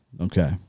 Okay